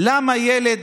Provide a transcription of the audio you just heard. למה ילד